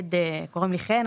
קוראים לי חן.